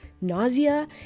nausea